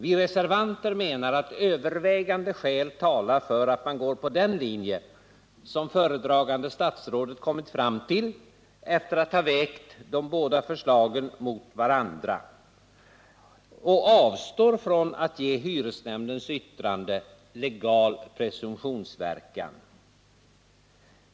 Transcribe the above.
Vi reservanter menar att övervägande skäl talar för att man går på den linje som föredragande statsrådet kommit fram till efter att ha vägt de båda förslagen mot varandra och således avstår från att ge hyresnämndens yttrande legal presumtionsverkan.